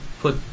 put